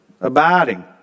abiding